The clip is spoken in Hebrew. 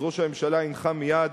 ראש הממשלה הנחה מייד,